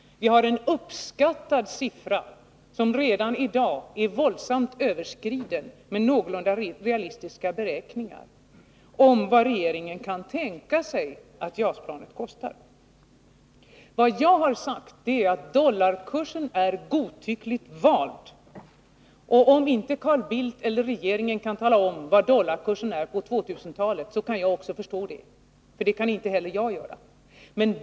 Det finns en uppskattad siffra — som redan i dag är våldsamt överskriden — med någorlunda realistiska beräkningar för vad regeringen kan tänka sig att JAS-planet kostar. Vad jag har sagt är att dollarkursen är godtyckligt vald. Om inte Carl Bildt eller regeringen kan tala om vad dollarkursen är på 2000-talet, så kan jag förstå det. Det kan jag inte heller göra.